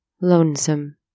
lonesome